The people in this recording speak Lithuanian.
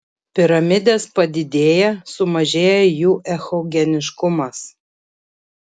piramidės padidėja sumažėja jų echogeniškumas